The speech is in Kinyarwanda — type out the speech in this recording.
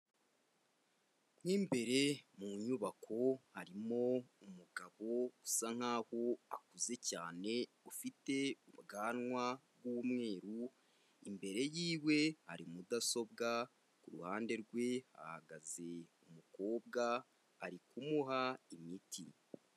Mo imbere mu nyubako harimo umugabo usa nk'aho akuze cyane ufite ubwanwa bw'umweru, imbere y'iwe hari mudasobwa, kuruhande rwe hahagaze umukobwa ari kumuha imiti.